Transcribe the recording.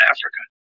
Africa